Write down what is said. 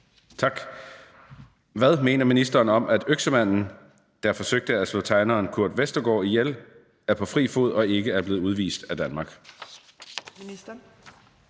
(KF): Hvad mener ministeren om, at øksemanden, der forsøgte at slå tegneren Kurt Westergaard ihjel, er på fri fod og ikke er blevet udvist af Danmark?